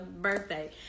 birthday